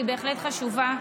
והיא בהחלט חשובה,